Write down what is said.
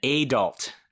adult